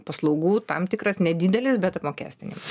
paslaugų tam tikras nedidelis bet apmokestinimas